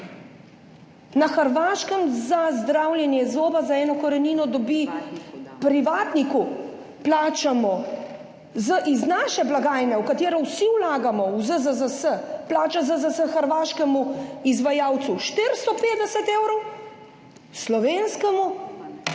Na Hrvaškem za zdravljenje zoba za eno korenino dobi, privatniku plačamo iz naše blagajne, v katero vsi vlagamo v ZZZS, plača ZZZS hrvaškemu izvajalcu 450 evrov, slovenskemu